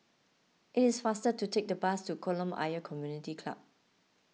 it is faster to take the bus to Kolam Ayer Community Club